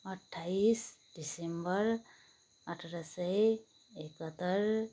अट्ठाइस दिसम्बर अठार सय एकहत्तर